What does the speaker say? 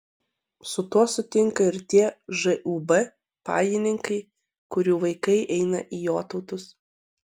su tuo sutinka ir tie žūb pajininkai kurių vaikai eina į jotautus